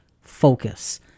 focus